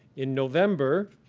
in november,